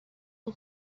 con